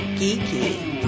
geeky